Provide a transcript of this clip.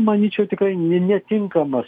manyčiau tikrai ne netinkamas